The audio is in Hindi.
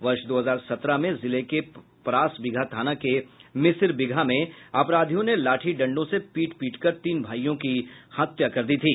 वर्ष दो हजार सत्रह में जिले के परासबीघा थाना के मिसिरबिघा में अपराधियों ने लाठी डंडों से पीट पीटकर तीन भाईयों की हत्या कर दी थी